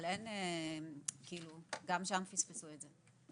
אבל גם שם פספסו את זה.